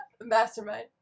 Mastermind